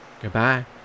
Goodbye